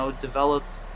developed